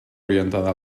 orientada